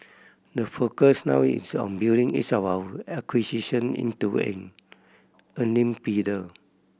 the focus now is on building each of our acquisition into an earning pillar